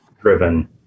driven